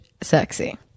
Sexy